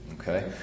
Okay